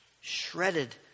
shredded